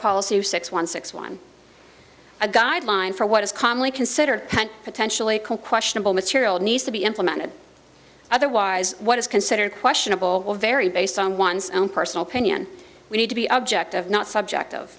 policy of six one six one a guideline for what is commonly considered potentially questionable material needs to be implemented otherwise what is considered questionable or vary based on one's own personal opinion we need to be objective not subjective